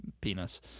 penis